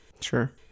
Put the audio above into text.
Sure